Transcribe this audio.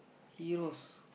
heros